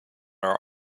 are